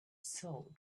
salt